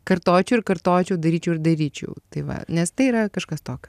kartočiau ir kartočiau daryčiau ir daryčiau tai va nes tai yra kažkas tokio